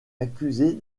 accusée